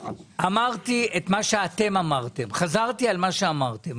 אמרתי את מה שאתם אמרתם, חזרתי על מה שאמרתם.